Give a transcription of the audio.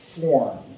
form